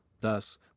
thus